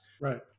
right